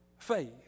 Faith